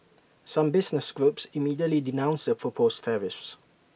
some business groups immediately denounced the proposed tariffs